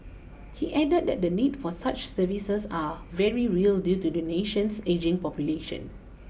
he added that the need for such services are very real due to the nation's ageing population